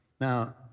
now